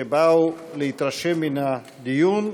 שבאו להתרשם מן הדיון,